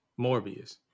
Morbius